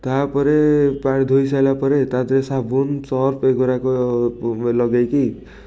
ତା'ପରେ ପାଣି ଧୋଇ ସାରିଲା ପରେ ତା' ଦେହରେ ସାବୁନ ସର୍ଫ ଏଗୁଡ଼ାକ ଲଗେଇକି